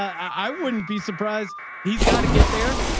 i wouldn't be surprised he's got to get there,